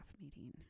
meeting